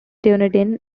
dunedin